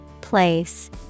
Place